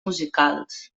musicals